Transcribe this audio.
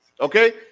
Okay